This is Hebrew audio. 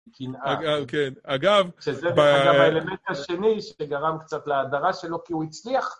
קנאה, אגב, כן, אגב, שזה אתה באלמנט השני שגרם קצת להדרה שלו כי הוא הצליח